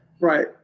right